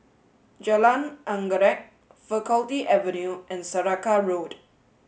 Jalan Anggerek Faculty Avenue and Saraca Road